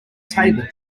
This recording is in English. table